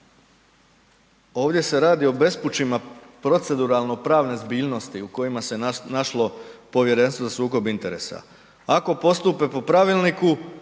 ovdje se radi o bespućima proceduralno pravne zbiljnosti u kojima se našlo Povjerenstvo za sukob interesa. Ako postupe po pravilniku